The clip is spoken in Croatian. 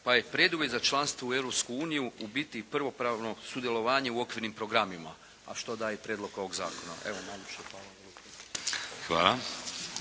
pa je preduvjet za članstvo u Europsku uniju u biti i punopravno sudjelovanje u okvirnim programima, a što i daje prijedlog ovog zakona.